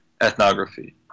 ethnography